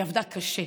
היא עבדה קשה,